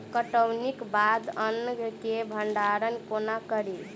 कटौनीक बाद अन्न केँ भंडारण कोना करी?